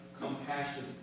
compassion